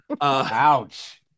Ouch